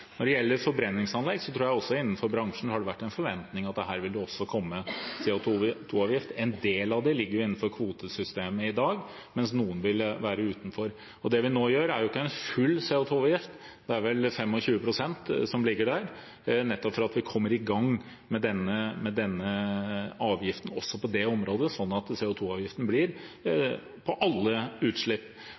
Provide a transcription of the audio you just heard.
Når det gjelder forbrenningsanlegg, tror jeg at det også innenfor bransjen har vært en forventning om at det også her vil komme en CO 2 -avgift. En del av det ligger jo innenfor kvotesystemet i dag, mens noe vil være utenfor. Og det vi nå gjør, er ikke en full CO 2 -avgift, det er vel 25 pst. som ligger der, nettopp for at vi skal komme i gang med denne avgiften også på det området, slik at det blir CO 2 -avgift på alle utslipp.